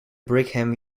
brigham